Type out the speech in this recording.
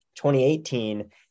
2018